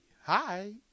hi